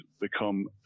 become